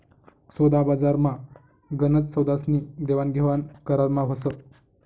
सोदाबजारमा गनच सौदास्नी देवाणघेवाण करारमा व्हस